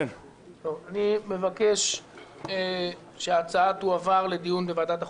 אני מבקש שההצעה תועבר לדיון בוועדת החוקה.